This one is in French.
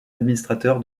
administrateur